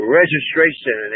registration